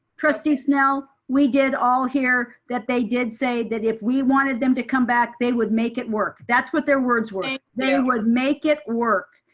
trustee snell we did all hear that they did say that if we wanted them to come back, they would make it work. that's what their words were. they would make it work.